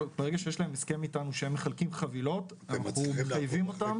ברגע שיש להם הסכם איתנו שהם מחלקים חבילות אנחנו מחייבים אותם להנגיש.